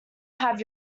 have